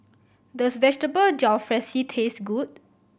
does Vegetable Jalfrezi taste good